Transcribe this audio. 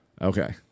Okay